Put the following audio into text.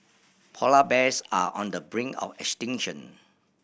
polar bears are on the brink of extinction